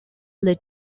led